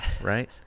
right